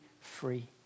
free